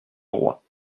roi